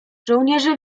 żołnierze